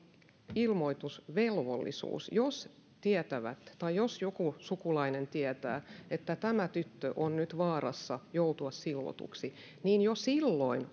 ilmoitusvelvollisuus jos he tietävät tai jos joku sukulainen tietää että tämä tyttö on nyt vaarassa joutua silvotuksi jo silloin